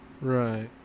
Right